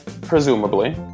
presumably